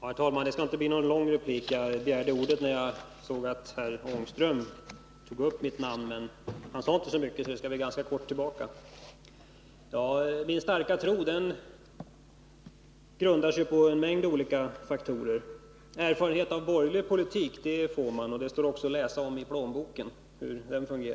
Herr talman! Jag begärde ordet när Rune Ångström kortfattat kommenterade en del av vad jag sade i mitt anförande. Jag skall likaså kortfattat replikera honom. Min starka tro grundar sig på en mängd olika faktorer. Erfarenhet av borgerlig politik och hur den fungerar får man genom att bl.a. se efter vad som blir kvar i plånboken.